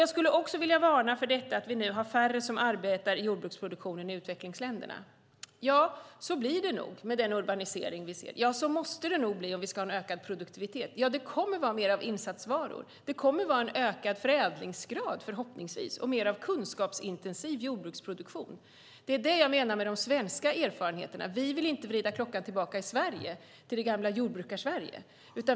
Jag skulle också vilja varna för att det nu är färre som arbetar i jordbruksproduktionen i utvecklingsländerna. Så blir det nog med den urbanisering vi ser. Så måste det nog bli om vi ska ha en ökad produktivitet. Det kommer att vara mer av insatsvaror. Det kommer förhoppningsvis att vara en ökad förädlingsgrad och mer av kunskapsintensiv jordbruksproduktion. Det är det jag menar med de svenska erfarenheterna. Vi vill inte vrida klockan tillbaka till det gamla Jordbrukarsverige.